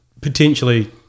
potentially